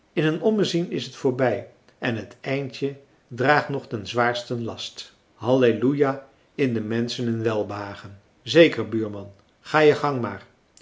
in een ommezien is het voorbij en het eindje draagt nog den zwaarsten last halleluja in menschen een welbehagen zeker buurman ga je gang maar